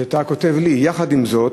שבו אתה כותב לי: יחד עם זאת,